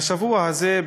והשבוע הזה,